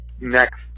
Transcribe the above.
next